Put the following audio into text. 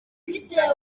ifitanye